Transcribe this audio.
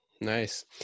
Nice